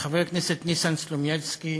הכנסת ניסן סלומינסקי,